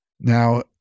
Now